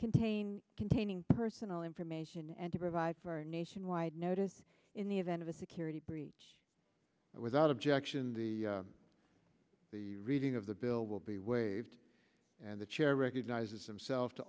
contained containing personal information and to provide for nationwide notice in the event of a security breach without objection the reading of the bill will be waived and the chair recognizes himself to